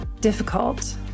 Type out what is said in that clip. difficult